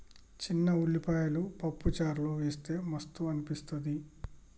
చిన్న ఉల్లిపాయలు పప్పు చారులో వేస్తె మస్తు అనిపిస్తది